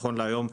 נכון להיום,